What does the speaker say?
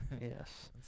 yes